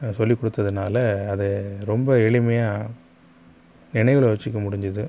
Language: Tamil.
சொல்லிக் கொடுத்ததுனால அது ரொம்ப எளிமையாக நினைவுல வச்சுக்க முடிஞ்சிது